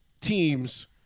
teams